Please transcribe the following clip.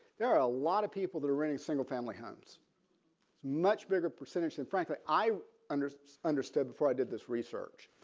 there are a lot of people that are renting single family homes much bigger percentage and frankly i understood understood before i did this research.